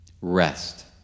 Rest